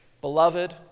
Beloved